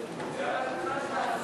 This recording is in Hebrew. העישון במקומות